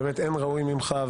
באמת, אין ראוי ממך.